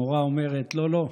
המורה אומרת: לא, לא,